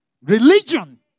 Religion